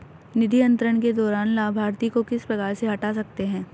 निधि अंतरण के दौरान लाभार्थी को किस प्रकार से हटा सकते हैं?